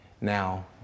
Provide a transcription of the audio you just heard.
now